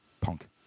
Punk